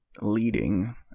leading